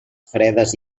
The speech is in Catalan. fredes